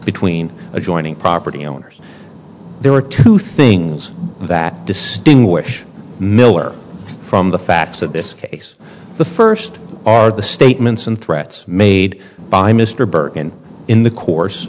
between adjoining property owners there are two things that distinguish miller from the facts of this case the first are the statements and threats made by mr bergen in the course